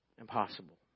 impossible